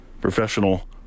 Professional